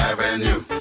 Avenue